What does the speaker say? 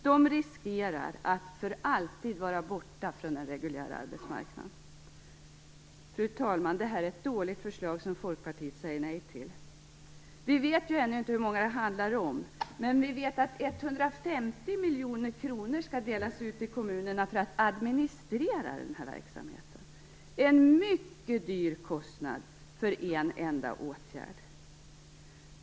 De riskerar att för alltid vara borta från den reguljära arbetsmarknaden. Fru talman! Detta är ett dåligt förslag, som Folkpartiet säger nej till. Vi vet ju ännu inte hur många det handlar om, men vi vet att 150 miljoner kronor skall delas ut till kommunerna för att administrera denna verksamhet. Det är en mycket hög kostnad för en enda åtgärd!